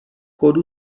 kódu